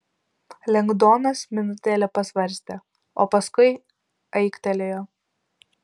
lengdonas minutėlę pasvarstė o paskui aiktelėjo